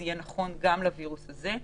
וזה נכון גם לווירוס הזה.